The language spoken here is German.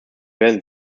werden